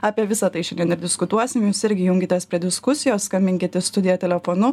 apie visa tai šiandien ir diskutuosim jūs irgi junkitės prie diskusijos skambinkit į studiją telefonu